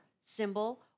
symbol